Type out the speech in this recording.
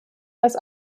das